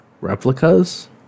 replicas